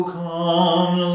come